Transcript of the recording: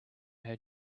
her